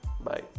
Bye